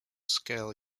scale